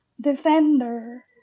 defender